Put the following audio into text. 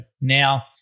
now